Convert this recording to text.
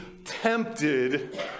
tempted